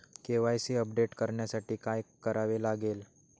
KYC update करण्यासाठी काय करावे लागेल?